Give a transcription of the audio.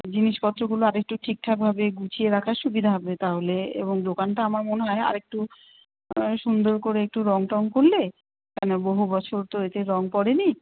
জিনিসপত্রগুলো আরেকটু ঠিকঠাকভাবে গুছিয়ে রাখার সুবিধা হবে তাহলে এবং দোকানটা আমার মনে হয় আর একটু সুন্দর করে একটু রঙ টঙ করলে কেন বহু বছর তো এতে রঙ পড়ে নি